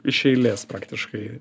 iš eilės praktiškai